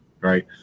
right